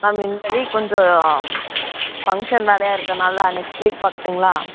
ma'am இந்த week கொஞ்சம் function வேலையாக இருக்கிறனால நெக்ஸ்ட் வீக் பார்க்கட்டுங்களா